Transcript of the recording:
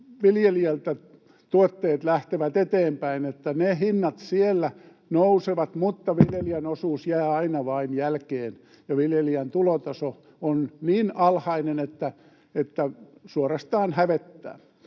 viljelijältä tuotteet lähtevät eteenpäin, niin ne hinnat siellä nousevat mutta viljelijän osuus jää aina vain jälkeen, ja viljelijän tulotaso on niin alhainen, että suorastaan hävettää.